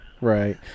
Right